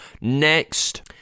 Next